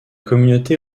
communauté